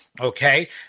okay